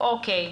אוקיי.